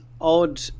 odd